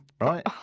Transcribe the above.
Right